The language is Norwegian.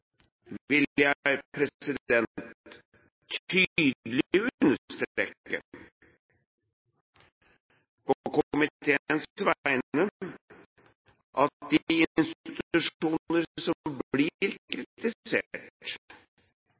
tydelig understreke på komiteens vegne at de institusjoner som blir kritisert,